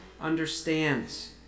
understands